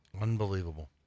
Unbelievable